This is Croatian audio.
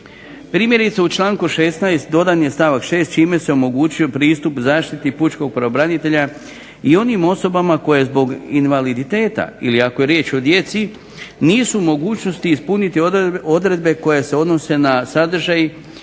Primjerice u članku 16. dodan je stavak 6. čime se omogućuje pristup zaštiti pučkog pravobranitelja i onim osobama koje zbog invaliditeta ili ako je riječ o djeci nisu u mogućnosti ispuniti odredbe koje se odnose na sadržaj